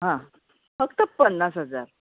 हां फक्त पन्नास हजार